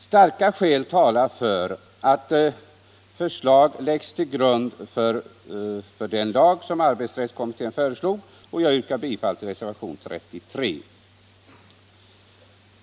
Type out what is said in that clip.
Starka skäl talar för att arbetsrättskommitténs förslag läggs till grund för lagen i detta avseende. Jag yrkar bifall till reservationen 33.